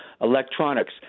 electronics